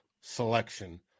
selection